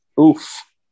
Oof